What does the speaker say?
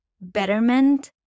betterment